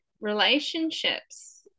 relationships